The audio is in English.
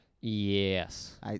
Yes